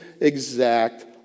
exact